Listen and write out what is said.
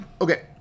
Okay